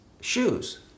shoes